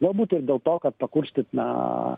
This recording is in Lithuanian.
galbūt ir dėl to kad pakurstyt na